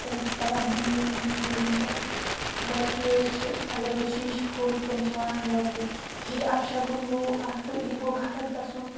تِم چھِ کَران بٕلیٖو یِمَن چیٖزَن پٮ۪ٹھ گۄڈٕتھٕے حظ چھِ اگر حظ شیٖشہٕ پھُٹ تِم چھِ وَنان گۄڈٕتھٕے ہے اَپشَگُن گوٚو آ تہٕ یہِ گوٚو غلط گژھُن